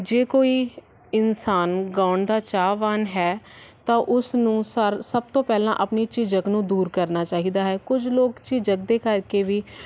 ਜੇ ਕੋਈ ਇਨਸਾਨ ਗਾਉਣ ਦਾ ਚਾਹਵਾਨ ਹੈ ਤਾਂ ਉਸ ਨੂੰ ਸਰ ਸਭ ਤੋਂ ਪਹਿਲਾਂ ਆਪਣੀ ਝਿਜਕ ਨੂੰ ਦੂਰ ਕਰਨਾ ਚਾਹੀਦਾ ਹੈ ਕੁਝ ਲੋਕ ਝਿਜਕਦੇ ਕਰਕੇ ਵੀ